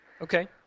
Okay